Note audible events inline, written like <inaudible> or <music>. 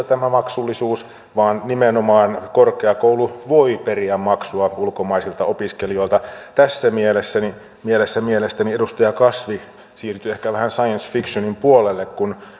<unintelligible> tämä maksullisuus on pakollista vaan nimenomaan korkeakoulu voi periä maksua ulkomaisilta opiskelijoilta tässä mielessä mielestäni edustaja kasvi siirtyi ehkä vähän science fictionin puolelle kun